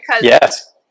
yes